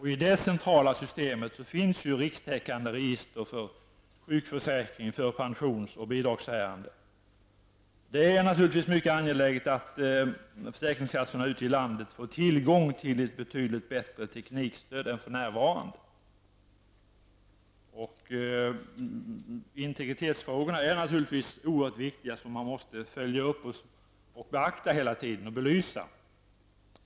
I det centrala systemet finns rikstäckande register för sjukförsäkringen, för pensions och bidragsärenden. Det är naturligtvis mycket angeläget att försäkringskassorna ute i landet får tillgång till ett betydligt bättre teknikstöd än för närvarande. Integritetsfrågorna är naturligtvis också oerhört viktiga och måste följas upp, beaktas och belysas.